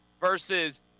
versus